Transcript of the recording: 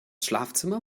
schlafzimmer